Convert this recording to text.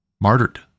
martyred